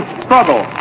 struggle